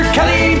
Kelly